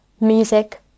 music